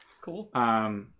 Cool